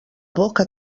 boca